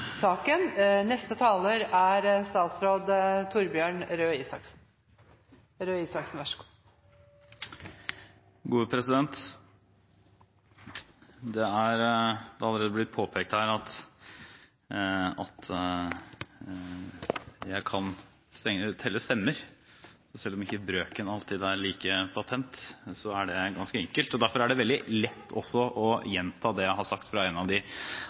allerede blitt påpekt her at jeg kan telle stemmer. Selv om ikke brøken alltid er like patent, så er det å telle stemmer ganske enkelt. Derfor er det også veldig lett å gjenta det jeg sa i en av de